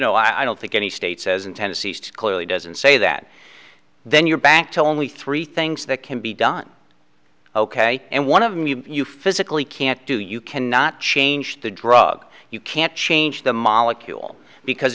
know i don't think any state says in tennessee clearly doesn't say that then you're back to only three things that can be done ok and one of them you you physically can't do you cannot change the drug you can't change the molecule because